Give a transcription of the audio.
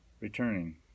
Returning